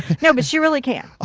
no but she really can. ah